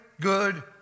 good